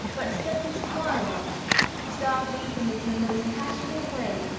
but study smiles observe, even in the most casual way,